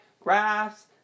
graphs